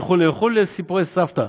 וכו' וכו' סיפורי סבתא.